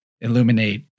illuminate